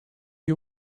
you